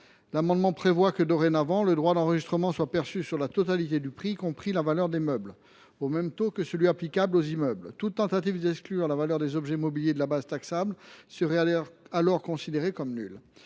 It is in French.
taxée. Nous proposons que le droit d’enregistrement soit perçu sur la totalité du prix, en incluant la valeur des meubles, au même taux que celui qui est applicable aux immeubles. Toute tentative d’exclure la valeur des objets mobiliers de la base taxable serait considérée comme nulle.